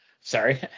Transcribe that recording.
sorry